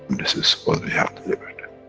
this is what we have delivered.